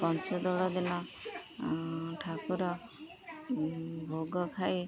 ପଞ୍ଚୁଦୋଳ ଦିନ ଠାକୁର ଭୋଗ ଖାଇ